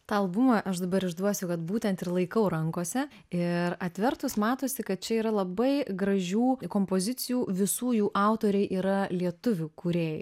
tą albumą aš dabar išduosiu kad būtent ir laikau rankose ir atvertus matosi kad čia yra labai gražių kompozicijų visų jų autoriai yra lietuvių kūrėjai